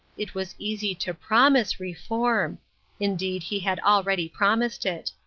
it was easy to promise reform indeed he had already promised it.